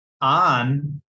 on